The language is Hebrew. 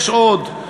יש עוד.